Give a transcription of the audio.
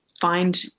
Find